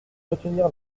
soutenir